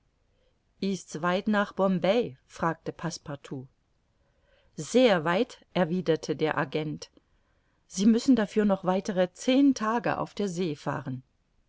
ist's weit nach bombay fragte passepartout sehr weit erwiderte der agent sie müssen dafür noch weitere zehn tage auf der see fahren